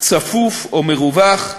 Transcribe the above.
צפוף או מרווח,